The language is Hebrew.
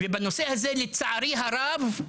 ובנושא הזה, לצערי הרב,